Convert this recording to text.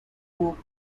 cook